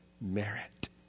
merit